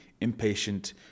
impatient